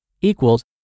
equals